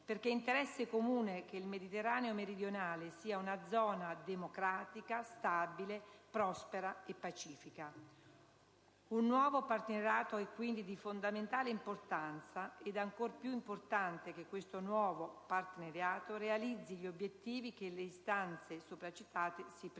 perché è interesse comune che il Mediterraneo meridionale sia una zona democratica, stabile, prospera e pacifica. Un nuovo partenariato è quindi di fondamentale importanza, ed è ancora più importante che questo nuovo partenariato realizzi gli obiettivi che le istanze che ho richiamato si prefiggono.